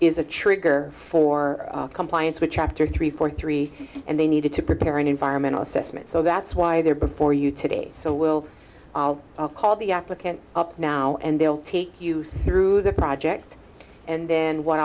is a trigger for compliance with chapter three for three and they needed to prepare an environmental assessment so that's why they're before you today so we'll call the applicant up now and they'll take you through the project and then what